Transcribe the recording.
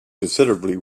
considerably